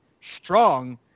strong